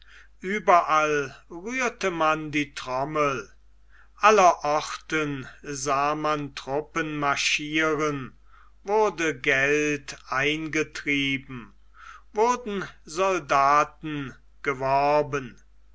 überall rührte man die trommel aller orten sah man truppen marschieren wurde geld eingetrieben wurden soldaten geworben